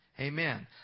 Amen